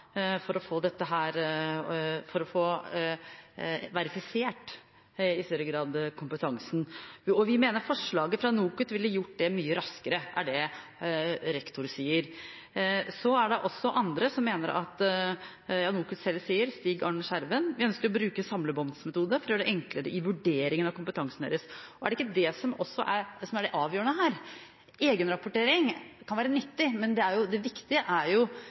for i større grad å få verifisert kompetansen og mener forslaget fra NOKUT ville gjort det mye raskere. NOKUT selv, ved Stig Arne Skjerven, sier: «Vi ønsker å bruke en samlebåndsmetode for å gjøre enkle vurderinger av kompetansen deres.» Er det ikke det som er det avgjørende her: Egenrapportering kan være nyttig, men det viktige er jo verifisering av kompetansen. Er ikke statsråden enig i det? Jeg er